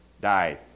died